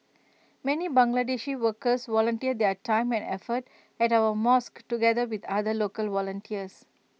many Bangladeshi workers volunteer their time and effort at our mosques together with other local volunteers